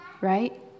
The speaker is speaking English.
right